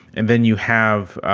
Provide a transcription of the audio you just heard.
and then you have